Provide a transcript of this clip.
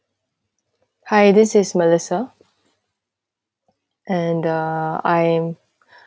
hi this is melissa and uh I am